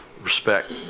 respect